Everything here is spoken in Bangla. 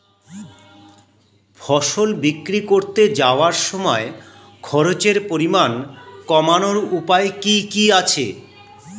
ফসল বিক্রি করতে যাওয়ার সময় খরচের পরিমাণ কমানোর উপায় কি কি আছে?